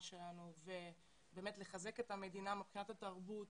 שלנו ובאמת לחזק את המדינה מבחינת התרבות